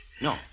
No